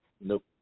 Nope